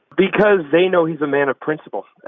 because they know he's a man of principle.